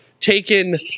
taken